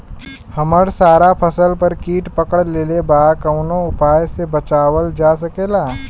हमर सारा फसल पर कीट पकड़ लेले बा कवनो उपाय से बचावल जा सकेला?